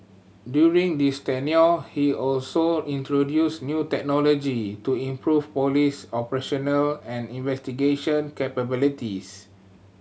during this tenure he also introduced new technology to improve police operational and investigation capabilities